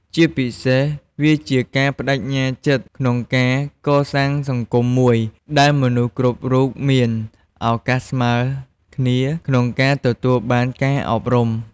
ជាពិសេស វាជា ការប្ដេជ្ញាចិត្ត ក្នុងការ កសាងសង្គមមួយ ដែលមនុស្សគ្រប់រូបមាន ឱកាសស្មើគ្នា ក្នុងការ ទទួលបានការអប់រំ។